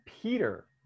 Peter